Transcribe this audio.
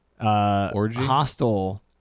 hostel